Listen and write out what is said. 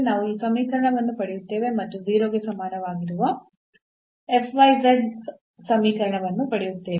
ನಾವು ಈ ಸಮೀಕರಣವನ್ನು ಪಡೆಯುತ್ತೇವೆ ಮತ್ತು 0 ಗೆ ಸಮಾನವಾಗಿರುವ F y z ಸಮೀಕರಣವನ್ನು ಪಡೆಯುತ್ತೇವೆ